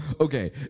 Okay